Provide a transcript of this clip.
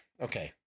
Okay